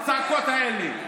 הצעקות האלה,